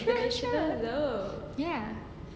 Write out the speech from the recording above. sure sure ya